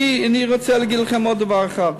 אני רוצה להגיד לכם עוד דבר אחד.